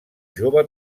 jove